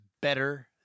better